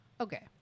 okay